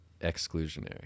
Exclusionary